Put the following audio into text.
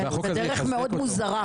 בדרך מאוד מוזרה.